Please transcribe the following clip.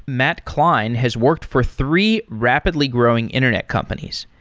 matt klein has worked for three rapidly growing internet companies.